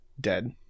dead